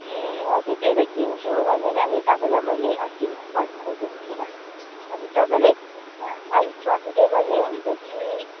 ए हजुर त्यही त किन्छु भनेर नि तपाईँलाई मैले अस्ति नम्बर खोजेको थिएँ र हजुर तपाईँलाई त्यसमा अलिक प्रोफिटेबल नै हुन्छ कि